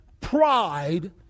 pride